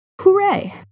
hooray